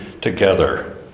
together